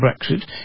Brexit